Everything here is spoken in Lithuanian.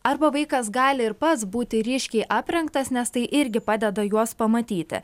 arba vaikas gali ir pats būti ryškiai aprengtas nes tai irgi padeda juos pamatyti